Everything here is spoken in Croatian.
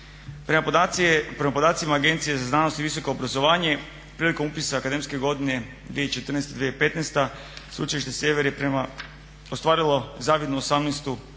Prema podacima Agencije za znanost i visoko obrazovanje prilikom upisa akademske godine 2014.-2015. Sveučilište Sjever je ostvarilo zavidnu 18 poziciju